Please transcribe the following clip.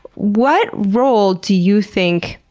what role do you think